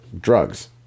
drugs